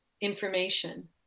information